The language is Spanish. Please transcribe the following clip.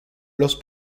los